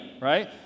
right